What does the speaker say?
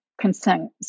consent